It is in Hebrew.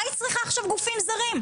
מה היא צריכה גופים זרים?